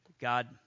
God